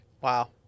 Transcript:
Wow